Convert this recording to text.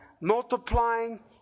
multiplying